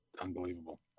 unbelievable